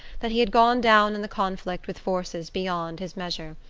that he had gone down in the conflict with forces beyond his measure.